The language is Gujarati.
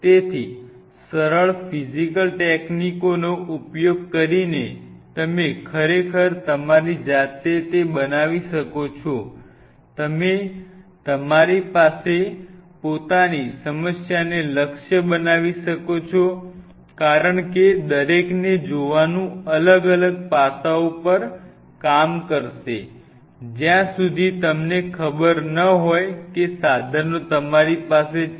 તેથી સરળ ફિઝિકલ ટેકનીકોનો ઉપયોગ કરીને તમે ખરેખર તમારી જાતે તે બનાવી શકો છો તમે તમારી પોતાની સમસ્યાને લક્ષ્ય બનાવી શકો છો કારણ કે દરેકને જોવાનું અલગ અલગ પાસાઓ પર કામ કરશે જ્યાં સુધી તમને ખબર ન હોય કે સાધનો તમારી પાસે છે